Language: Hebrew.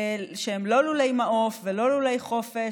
שהם לא לולי מעוף ולא לולי חופש,